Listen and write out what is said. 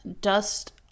dust